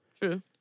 True